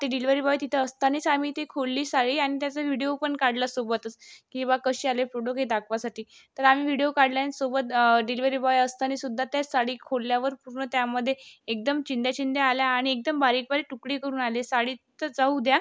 ते delivery boy तिथं असतानाच आम्ही ती खोलली साडी आणि त्याचा व्हिडिओपण काढला सोबतच की बा कशी आली आहे प्रोडक् हे दाखवासाठी तर आम्ही व्हिडिओ काढल्यासोबत डिलिवरी बॉय असतानासुद्धा त्या साडी खोलल्यावर पूर्ण त्यामधे एकदम चिंध्या चिंध्या आल्या आणि एकदम बारीकबारीक तुकडे करून आली साडी तर जाऊ द्या